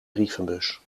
brievenbus